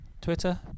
Twitter